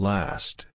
Last